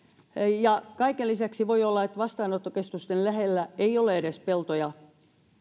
ja kaiken lisäksi voi olla että vastaanottokeskusten lähellä ei ole edes peltoja